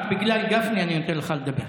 רק בגלל גפני אני נותן לך לדבר.